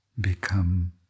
become